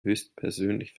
höchstpersönlich